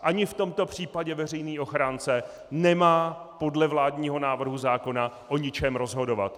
Ani v tomto případě veřejný ochránce nemá podle vládního návrhu zákona o ničem rozhodovat.